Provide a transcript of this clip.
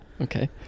okay